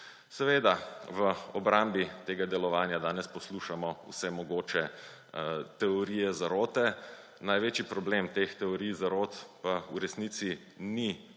Seveda v obrambi tega delovanja danes poslušamo vse mogoče teorije zarote. Največji problem teh teorij zarot pa v resnici ni,